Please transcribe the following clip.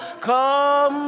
come